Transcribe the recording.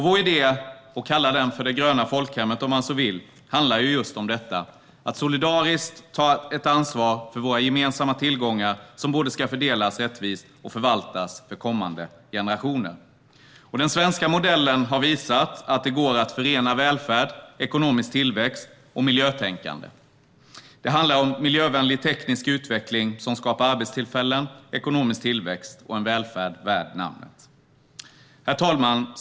Vår idé - det gröna folkhemmet kan man kalla den, om man så vill - handlar just om detta: att solidariskt ta ett ansvar för våra gemensamma tillgångar, som både ska fördelas rättvist och förvaltas för kommande generationer. Den svenska modellen har visat att det går att förena välfärd, ekonomisk tillväxt och miljötänkande. Det handlar om miljövänlig teknisk utveckling som skapar arbetstillfällen, ekonomisk tillväxt och en välfärd värd namnet. Herr talman!